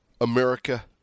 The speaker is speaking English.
America